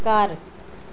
ਘਰ